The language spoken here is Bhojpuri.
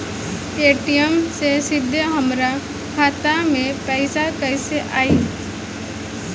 पेटीएम से सीधे हमरा खाता मे पईसा कइसे आई?